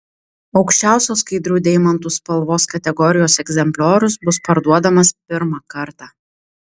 aukščiausios skaidrių deimantų spalvos kategorijos egzempliorius bus parduodamas pirmą kartą